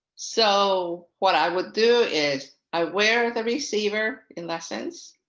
so what i would do is i wear the receiver in lessons.